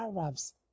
Arabs